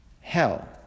hell